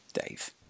Dave